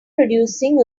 producing